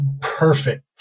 perfect